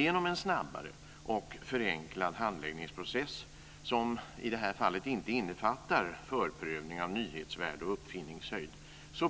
Genom en snabbare och förenklad handläggningsprocess, som i det här fallet inte innefattar förprövning av nyhetsvärde och uppfinningshöjd,